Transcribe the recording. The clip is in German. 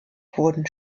wurden